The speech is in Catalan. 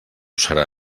serà